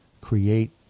create